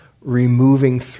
removing